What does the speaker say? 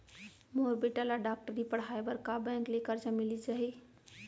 मोर बेटा ल डॉक्टरी पढ़ाये बर का बैंक ले करजा मिलिस जाही?